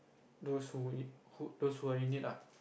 those who those who are in need ah